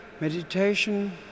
meditation